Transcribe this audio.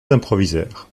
improvisèrent